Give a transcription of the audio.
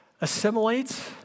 assimilates